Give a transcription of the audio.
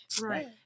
Right